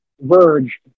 verge